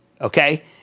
Okay